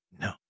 No